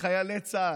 מחיילי צה"ל,